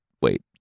Wait